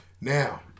Now –